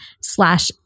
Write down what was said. slash